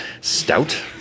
Stout